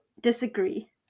disagree